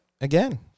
Again